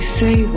say